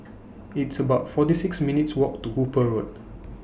It's about forty six minutes'walk to Hooper Road